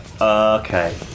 Okay